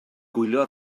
gwylio